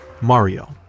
Mario